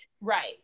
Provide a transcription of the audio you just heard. right